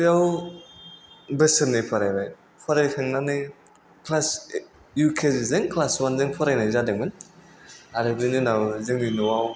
बेयाव बोसोरनै फरायबा फराय खांनानै क्लास इउ के जि जों क्लास अवानजों फरायनाय जादोंमोन आरो बेनि उनाव जोंनि न'आव